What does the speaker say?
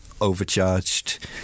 overcharged